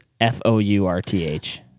F-O-U-R-T-H